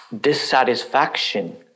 dissatisfaction